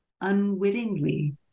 unwittingly